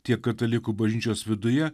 tiek katalikų bažnyčios viduje